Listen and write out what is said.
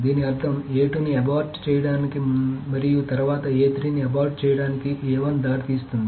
దీని అర్థం ని అబార్ట్ చేయడానికి మరియు తరువాత ని అబార్ట్ చేయడానికి దారితీస్తుంది